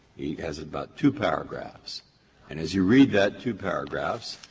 he has about two paragraphs and as you read that two paragraphs,